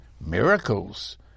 miracles